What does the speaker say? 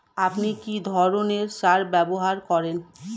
আপনি কী ধরনের সার ব্যবহার করেন?